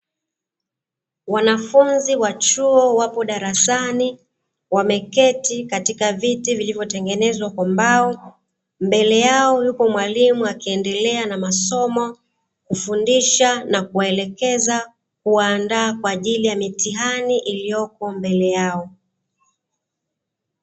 Wanafunzi wa chuo wapo darasani. Wameketi katika viti vilivyotengenezwa kwa mbao, mbele yao yupo mwalimu akiendelea na masomo, kufundisha na kuwaelekeza, kuwaandaa kwa ajili ya mitihani iliyopo mbele yao.